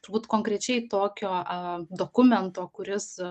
turbūt konkrečiai tokio dokumento kuris